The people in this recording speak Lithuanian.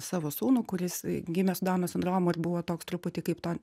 savo sūnų kuris gimė su dauno sindromu ir buvo toks truputį kaip to